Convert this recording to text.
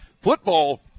Football